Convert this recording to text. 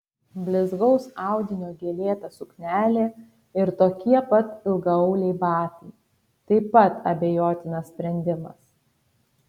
blizgaus audinio gėlėta suknelė ir tokie pat ilgaauliai batai taip pat abejotinas sprendimas